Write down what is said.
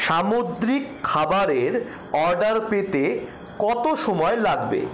সামুদ্রিক খাবারের অর্ডার পেতে কত সময় লাগবে